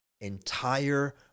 entire